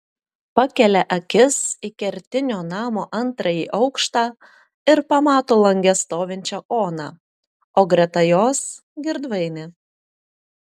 pakelia akis į kertinio namo antrąjį aukštą ir pamato lange stovinčią oną o greta jos girdvainį